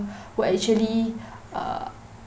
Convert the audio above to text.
who actually uh